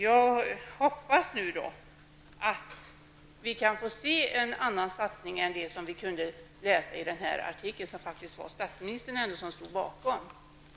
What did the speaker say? Jag hoppas att det blir en annan satsning än den som nämns i den artikel som faktiskt både statsministern och Göran Andersson stod bakom.